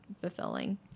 fulfilling